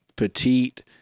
Petite